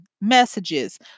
messages